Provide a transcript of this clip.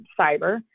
cyber